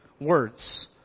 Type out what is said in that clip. words